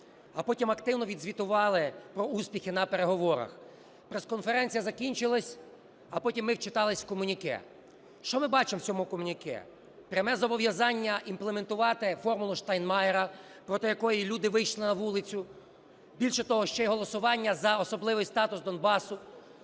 а потім активно відзвітували про успіхи на переговорах. Прес-конференція закінчилась, а потім ми вчиталися в комюніке. Що ми бачимо в цьому комюніке? Пряме зобов'язання імплементувати "формулу Штайнмайєра", проти якої люди вийшли на вулицю. Більше того, ще й голосування за особливий статус Донбасу